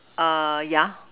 err yeah